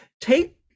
Take